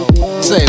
Say